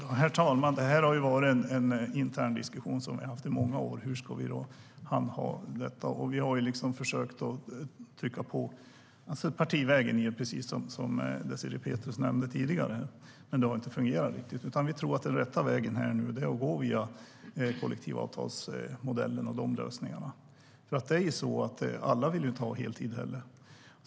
Herr talman! Detta har varit en interndiskussion som vi har haft i många år. Hur ska vi handha detta? Vi har försökt trycka på partivägen, precis som Désirée Pethrus nämnde tidigare, men det har inte riktigt fungerat. Vi tror att den rätta vägen är att gå via kollektivavtalsmodellen och de lösningarna. Alla vill inte ha heltid heller.